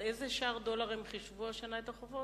על איזה שער דולר הם חישבו השנה את החובות?